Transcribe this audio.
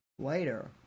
later